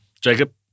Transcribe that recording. Jacob